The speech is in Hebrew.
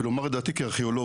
ולומר את דעתי כארכיאולוג.